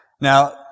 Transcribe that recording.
Now